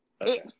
okay